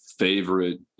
favorite